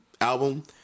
album